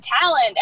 talent